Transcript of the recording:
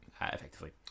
Effectively